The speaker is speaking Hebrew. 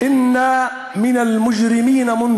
אנחנו נבין.